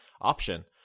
option